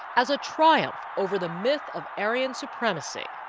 as a triumph over the myth of aryan supremacy.